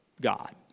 God